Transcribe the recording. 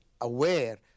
aware